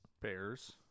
Bears